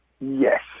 yes